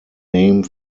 name